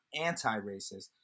anti-racist